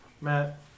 Matt